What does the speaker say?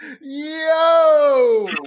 Yo